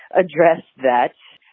address that.